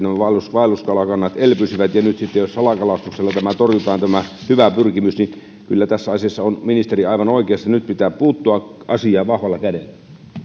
vaelluskalakannat elpyisivät ja nyt sitten jos salakalastuksella torjutaan tämä hyvä pyrkimys niin kyllä tässä asiassa on ministeri aivan oikeassa nyt pitää puuttua asiaan vahvalla kädellä